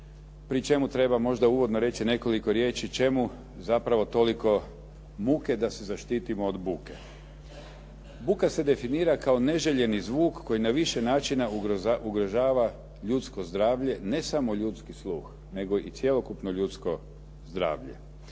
pri čemu treba možda uvodno reći nekoliko riječi čemu zapravo toliko muke da se zaštitimo od buke. Buka se definira kao neželjeni zvuk koji na više načina ugrožava ljudsko zdravlja, ne samo ljudski sluh, nego i cjelokupno ljudsko zdravlja.